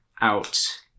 out